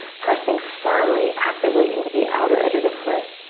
pressing firmly, actively into the outer edge of the foot,